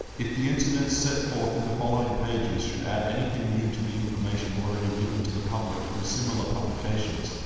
if the incidents set forth in the following pages should add anything new to the information already given to the public through similar publications,